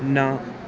ਨਾ